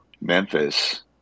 Memphis